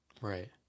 Right